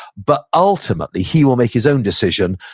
but ultimately, he will make his own decision,